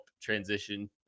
transition